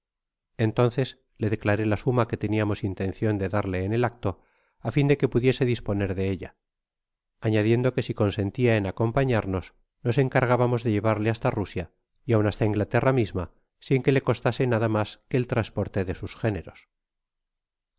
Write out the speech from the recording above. entonces le declaré la suma que teníamos intencion de darle en el acto á fin de que pudiese disponer de ella añadiendo que si consistia en acompañarnos nos encargábamos de llevarle basta rusia y aun basta inglaterra misma sin que le costasee nada mas que el trasporto de sus géneros